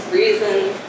reasons